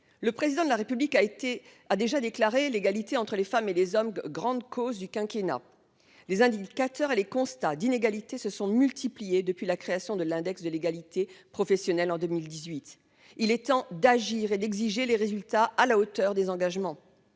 Le Président de la République a déjà déclaré grande cause du quinquennat l'égalité entre les femmes et les hommes. Les indicateurs et les constats d'inégalité se sont multipliés depuis la création de l'index de l'égalité professionnelle en 2018. Il est temps d'agir et d'exiger des résultats à la hauteur des engagements.